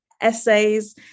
essays